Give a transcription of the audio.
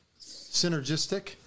synergistic